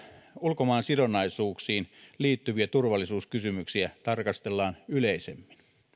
ulkomaansidonnaisuuksiin liittyviä turvallisuuskysymyksiä tarkastellaan yleisemmin